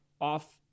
off